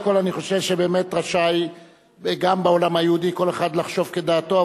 קודם כול אני חושב שבאמת רשאי גם בעולם היהודי כל אחד לחשוב כדעתו,